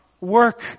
work